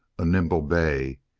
a nimble bay,